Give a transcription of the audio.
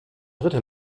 dritte